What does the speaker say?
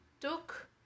took